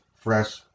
fresh